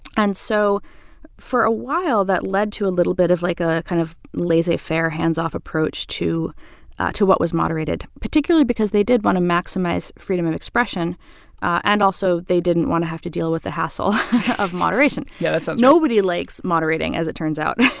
and so for a while, that led to a little bit of, like, a kind of laissez-faire, hands-off approach to to what was moderated, particularly because they did want to maximize freedom of expression and, also, they didn't want to have to deal with the hassle of moderation yeah, that sounds right nobody likes moderating, as it turns out